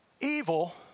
Evil